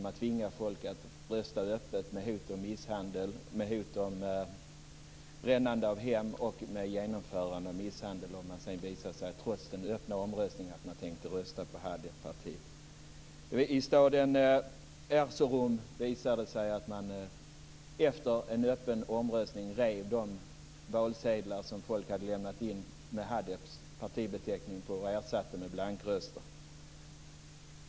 Man tvingade folk att rösta öppet med hot om misshandel, med hot om brännande av hem och med genomförande av misshandel om det visade sig att människor trots den öppna omröstningen tänkte rösta på I staden Erzurum visade det sig att man efter en öppen omröstning rev de valsedlar som folk hade lämnat in med Hadeps partibeteckning på och ersatte dem med blankröster.